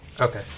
Okay